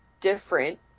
different